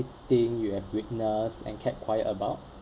thing you have witnessed and kept quiet about